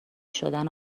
شدن